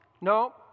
No